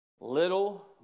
Little